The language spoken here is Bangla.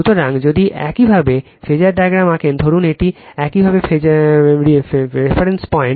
সুতরাং যদি একইভাবে ফেজার ডায়াগ্রাম আঁকেন ধরুন এটি একইভাবে রেফারেন্স পয়েন্ট